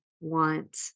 want